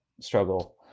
struggle